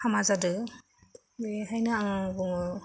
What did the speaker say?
हामा जादों बेनिखायनो आं बुङो